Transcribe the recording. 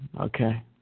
okay